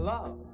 Love